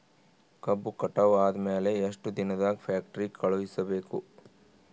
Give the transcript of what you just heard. ಕಬ್ಬು ಕಟಾವ ಆದ ಮ್ಯಾಲೆ ಎಷ್ಟು ದಿನದಾಗ ಫ್ಯಾಕ್ಟರಿ ಕಳುಹಿಸಬೇಕು?